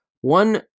one